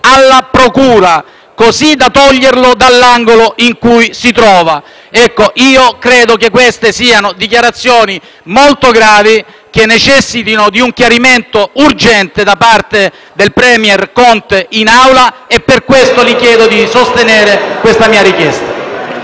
alla procura, così da toglierlo dall'angolo in cui si trova. Credo che queste siano dichiarazioni molto gravi e necessitino di un chiarimento urgente da parte del *premier* Conte in Aula e per questo le chiedo di sostenere la mia richiesta.